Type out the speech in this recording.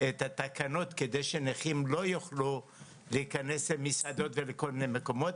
את התקנות כדי שנכים לא יוכלו להיכנס למסעדות ולכל מיני מקומות.